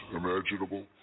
imaginable